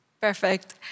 Perfect